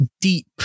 deep